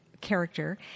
character